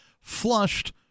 flushed